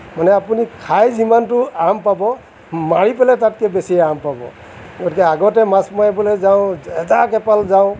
মানে আপুনি খাই যিমানটো আৰাম পাব মাৰি পেলাই তাতকৈ বেছি আৰাম পাব গতিকে আগতে মাছ মাৰিবলৈ যাওঁ এজাক এপাল যাওঁ